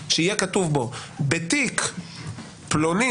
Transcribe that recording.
ביקורת שיפוטית, ההוראות שאינן משוריינות.